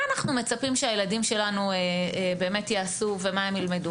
אנחנו מצפים שהילדים שלנו באמת יעשו ומה הם ילמדו?